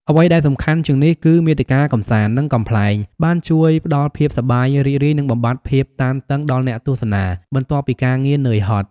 អ្វីដែលសំខាន់ជាងនេះគឺ មាតិកាកម្សាន្ត និងកំប្លែងបានជួយផ្តល់ភាពសប្បាយរីករាយ និងបំបាត់ភាពតានតឹងដល់អ្នកទស្សនា បន្ទាប់ពីការងារនឿយហត់។